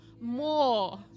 more